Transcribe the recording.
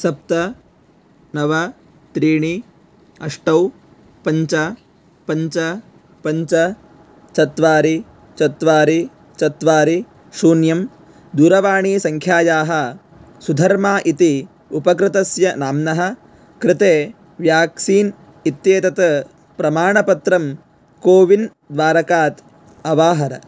सप्त नव त्रीणि अष्ट पञ्च पञ्च पञ्च चत्वारि चत्वारि चत्वारि शून्यं दूरवाणीसङ्ख्यायाः सुधर्मा इति उपकृतस्य नाम्नः कृते व्याक्सीन् इत्येतत् प्रमाणपत्रं कोविन् द्वारकात् अवाहर